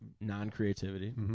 non-creativity